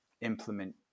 implement